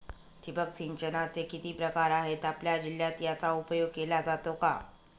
ठिबक सिंचनाचे किती प्रकार आहेत? आपल्या जिल्ह्यात याचा उपयोग केला जातो का?